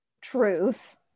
truth